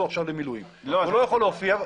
עכשיו למילואים והוא לא יכול להופיע.